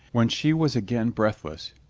when she was again breathless,